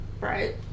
right